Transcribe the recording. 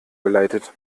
geleitet